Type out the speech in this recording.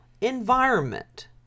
environment